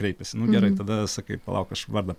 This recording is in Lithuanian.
kreipiasi nu gerai tada sakai palauk aš vardą